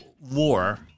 war